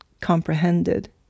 comprehended